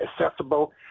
accessible